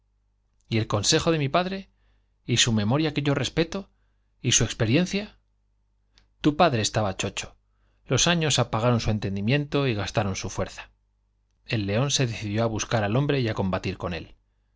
y el consejo de mi padre y su memoria que yo respeto y su experiencia tu padre estaba chocho los años apagaron su entendimiento y gastaron su fuerza el león se decidió á buscar al hombre y á combatir con él